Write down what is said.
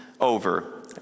over